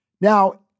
Now